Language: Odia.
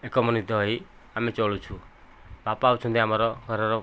ଏକମନିତ ହୋଇ ଆମେ ଚଳୁଛୁ ବାପା ହେଉଛନ୍ତି ଆମର ଘରର